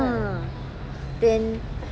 uh then